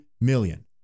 million